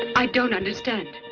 i don't understand.